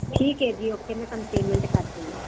ਠੀਕ ਹ ਜੀ ਓਕੇ ਮੈਂ ਤੁਹਾਨੂੰ ਪੇਮੈਂਟ ਕਰ ਦਿੰਨੀ ਆ